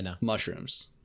mushrooms